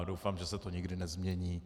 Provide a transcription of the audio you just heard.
Doufám, že se to nikdy nezmění.